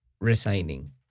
resigning